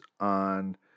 on